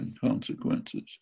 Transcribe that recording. consequences